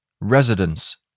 residence